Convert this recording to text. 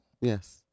Yes